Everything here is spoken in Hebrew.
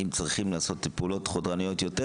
אם צריך לעשות פעולות חודרנית יותר